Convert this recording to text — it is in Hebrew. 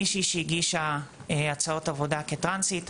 מישהי שהגישה הצעות עבודה כטרנסית,